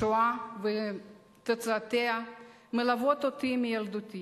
השואה ותוצאותיה מלוות אותי מילדותי,